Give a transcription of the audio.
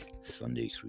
Sunday